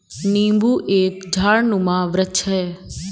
नींबू एक झाड़नुमा वृक्ष है